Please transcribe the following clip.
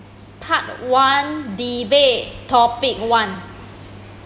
part one debate topic one